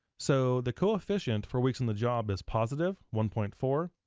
so, the coefficient for weeks on the job is positive, one point four.